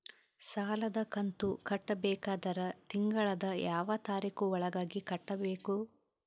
ಸಾಲದ ಕಂತು ಕಟ್ಟಬೇಕಾದರ ತಿಂಗಳದ ಯಾವ ತಾರೀಖ ಒಳಗಾಗಿ ಕಟ್ಟಬೇಕು?